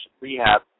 Rehab